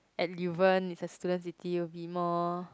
is a student city will be more